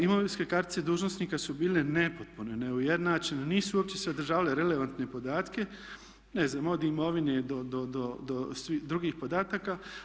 Imovinske kartice dužnosnika su bile nepotpune, neujednačene, nisu uopće sadržavale relevantne podatke, ne znam od imovine do drugih podataka.